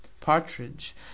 Partridge